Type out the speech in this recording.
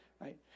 right